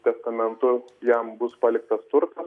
testamentu jam bus paliktas turtas